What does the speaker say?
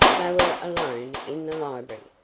they were alone in the library,